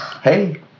Hey